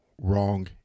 wrong